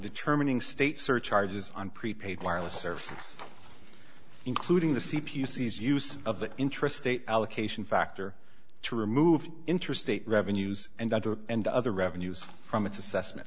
determining state surcharges on prepaid wireless services including the c p u sees use of the interest state allocation factor to remove interstate revenues and other and other revenues from its assessment